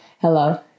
Hello